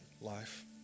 life